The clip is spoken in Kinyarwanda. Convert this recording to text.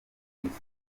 n’icyo